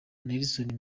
nelson